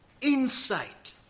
insight